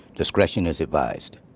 discretion is advised